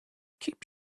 keep